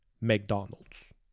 McDonald's